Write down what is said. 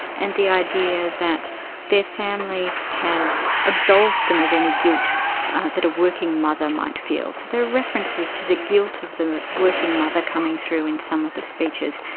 and the idea that their families had absolved them of any guilt that a working mother might feel. so there are references to the guilt of the working mother coming through in some of the speeches.